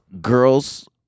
girls